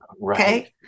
Right